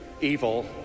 evil